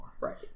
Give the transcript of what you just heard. Right